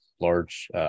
large